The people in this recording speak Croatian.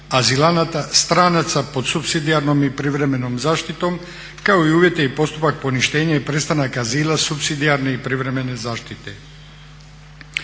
azilanata, stranaca pod supsidijarnom i privremenom zaštitom kao i uvjete i postupak poništenja i prestanak azila supsidijarne i privremene zaštite.